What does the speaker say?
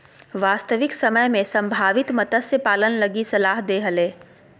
वास्तविक समय में संभावित मत्स्य पालन लगी सलाह दे हले